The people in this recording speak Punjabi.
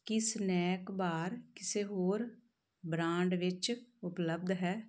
ਕੀ ਸਨੈਕ ਬਾਰ ਕਿਸੇ ਹੋਰ ਬ੍ਰਾਂਡ ਵਿੱਚ ਉਪਲੱਬਧ ਹੈ